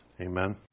Amen